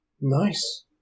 Nice